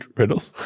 riddles